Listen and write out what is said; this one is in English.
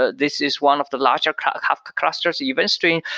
ah this is one of the larger kafka kafka clusters event streams.